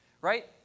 right